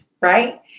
right